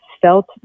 Felt